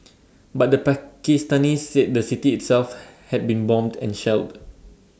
but the Pakistanis said the city itself had been bombed and shelled